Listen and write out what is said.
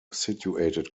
situated